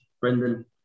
Brendan